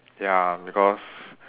ya because